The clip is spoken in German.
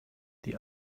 die